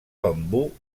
bambú